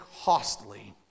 costly